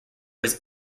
was